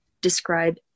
describe